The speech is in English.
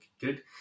good